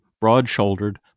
broad-shouldered